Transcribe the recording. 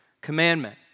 commandment